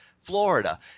florida